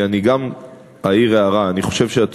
כי אני גם אעיר הערה: אני חושב שאת צודקת.